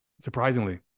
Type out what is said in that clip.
surprisingly